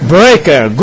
Breaker